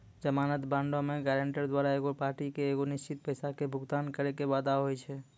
जमानत बांडो मे गायरंटर द्वारा एगो पार्टी के एगो निश्चित पैसा के भुगतान करै के वादा होय छै